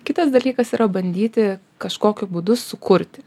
kitas dalykas yra bandyti kažkokiu būdu sukurti